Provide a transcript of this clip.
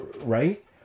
right